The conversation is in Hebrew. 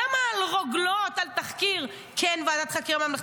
למה על רוגלות, על תחקיר, כן ועדת חקירה ממלכתית?